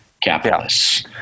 capitalists